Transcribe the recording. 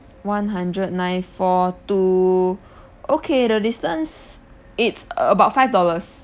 one hundred nine four two okay the distance it's about five dollars